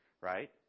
Right